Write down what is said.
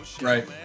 Right